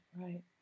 right